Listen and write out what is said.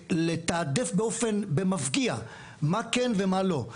ולתעדף באופן, במפגיע, מה כן ומה לא.